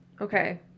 Okay